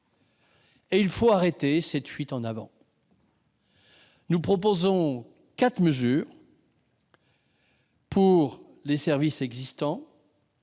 Il faut arrêter cette fuite en avant ! Nous proposons quatre mesures pour les services existants.